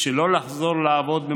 אבל אנחנו נכנסים ואנחנו נתחיל להרגיש את